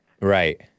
Right